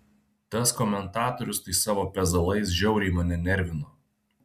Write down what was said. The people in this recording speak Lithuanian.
tas komentatorius tai savo pezalais žiauriai mane nervino